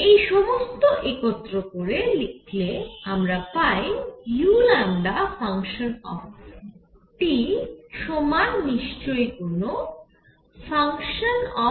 এই সমস্ত একত্র করে লিখলে আমরা পাই যে u সমান নিশ্চয়ই কোন fT5